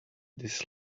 this